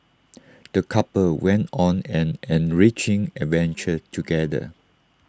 the couple went on an enriching adventure together